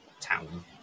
Town